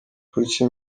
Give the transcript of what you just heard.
kuki